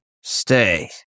Stay